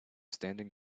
standing